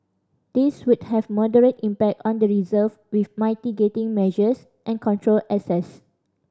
these would have moderate impact on the reserve with mitigating measures and controlled access